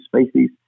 species